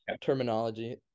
terminology